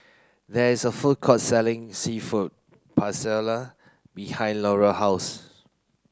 there is a food court selling Seafood Paella behind Larae house